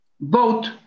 vote